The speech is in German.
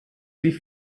sie